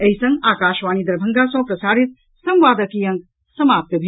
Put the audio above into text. एहि संग आकाशवाणी दरभंगा सँ प्रसारित संवादक ई अंक समाप्त भेल